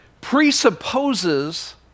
presupposes